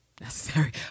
necessary